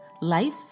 life